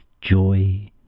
joy